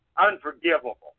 unforgivable